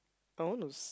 downest